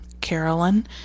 Carolyn